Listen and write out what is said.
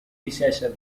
recession